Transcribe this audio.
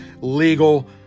legal